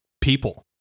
people